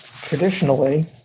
traditionally